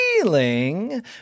feeling